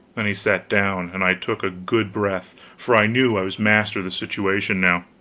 then he sat down, and i took a good breath for i knew i was master of the situation now.